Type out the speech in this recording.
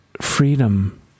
freedom